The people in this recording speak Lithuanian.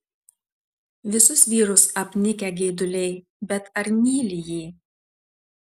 visus vyrus apnikę geiduliai bet ar myli jį